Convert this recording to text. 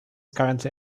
currently